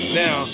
now